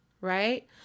right